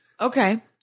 Okay